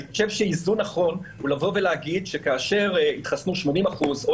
אני חושב שאיזון נכון הוא להגיד שכאשר התחסנו 80% או